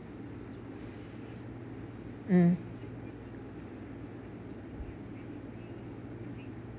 mm